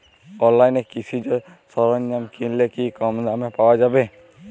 অনলাইনে কৃষিজ সরজ্ঞাম কিনলে কি কমদামে পাওয়া যাবে?